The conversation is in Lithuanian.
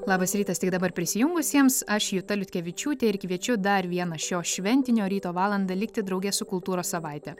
labas rytas tik dabar prisijungusiems aš juta liutkevičiūtė ir kviečiu dar vieną šio šventinio ryto valandą likti drauge su kultūros savaite